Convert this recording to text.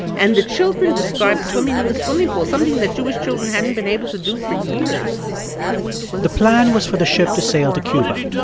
and the children described swimming in the swimming pool, something that jewish children hadn't been able to do for years the plan was for the ship to sail to cuba.